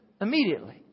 Immediately